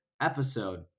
episode